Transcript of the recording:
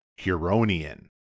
Huronian